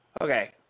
Okay